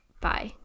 Bye